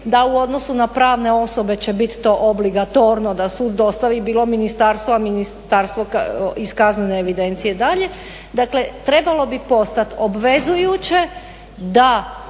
da u odnosu na pravne osobe će to biti obligatorno da sud dostavi bilo ministarstvu, a ministarstvo iz kaznene evidencije dalje dakle trebalo bi postati obvezujuće da